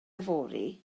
yfory